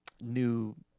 new